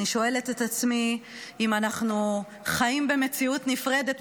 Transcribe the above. אני שואלת את עצמי אם אנחנו חיים במציאות נפרדת,